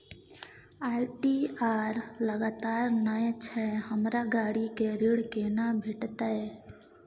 ITR लगातार नय छै हमरा गाड़ी के ऋण केना भेटतै?